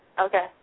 Okay